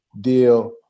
deal